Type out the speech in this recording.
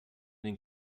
den